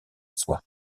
soi